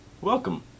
Welcome